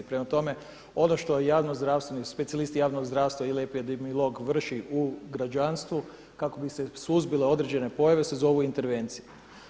Prema tome ono što javno zdravstvo, specijalisti javnog zdravstva ili epidemiolog vrši u građanstvu kako bi se suzbile određene pojave se zovu intervencije.